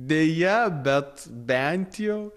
deja bet bent jau